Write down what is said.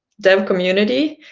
dev community,